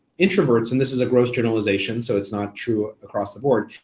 introverts, and this is a gross generalization so it's not true across the board,